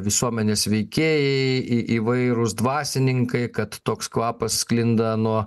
visuomenės veikėjai į įvairūs dvasininkai kad toks kvapas sklinda nuo